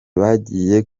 bagiye